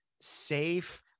safe